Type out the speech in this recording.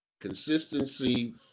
Consistency